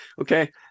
Okay